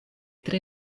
tre